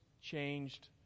changed